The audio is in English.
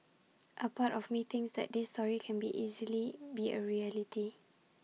A part of me thinks these stories can easily be A reality